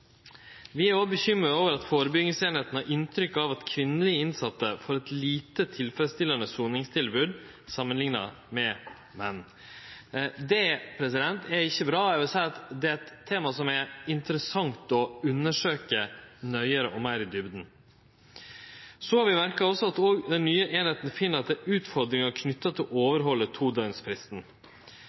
Vi er òg bekymra over at førebyggingseininga har inntrykk av at kvinnelege innsette får eit lite tilfredsstillande soningstilbod samanlikna med menn. Det er ikkje bra. Eg vil seie at det er eit tema som er interessant å undersøkje meir nøye og grundig. Så har vi merka oss at òg den nye eininga finn at det er utfordringar knytte til å overhalde